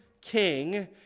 king